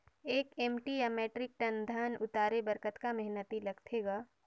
एक एम.टी या metric ton धन उतारे बर कतका मेहनती लगथे ग?